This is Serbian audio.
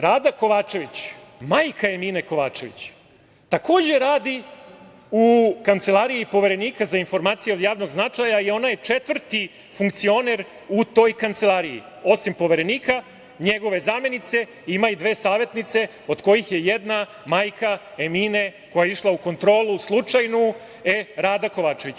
Rada Kovačević, majka Emine Kovačević, takođe radi u kancelariji Poverenika za informacije od javnog značaja i ona je četvrti funkcioner u toj kancelariji, osim poverenika, njegove zamenice, ima i dve savetnice od kojih je jedna majka Emine koja je išla u slučajnu kontrolu, Rada Kovačević.